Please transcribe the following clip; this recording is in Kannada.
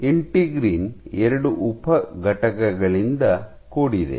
ಇಂಟಿಗ್ರಿನ್ ಎರಡು ಉಪ ಘಟಕಗಳಿಂದ ಕೂಡಿದೆ